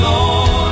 Lord